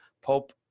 pope